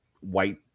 white